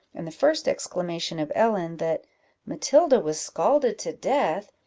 and the first exclamation of ellen, that matilda was scalded to death,